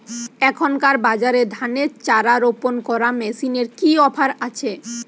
এখনকার বাজারে ধানের চারা রোপন করা মেশিনের কি অফার আছে?